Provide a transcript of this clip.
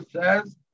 says